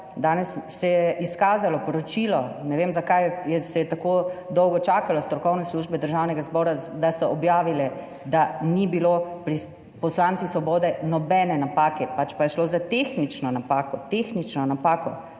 Danes se je izkazalo poročilo, ne vem zakaj se je tako dolgo čakalo, strokovne službe Državnega zbora, da so objavile, da ni bilo pri poslancih Svobode nobene napake, pač pa je šlo za tehnično napako. Tehnično napako.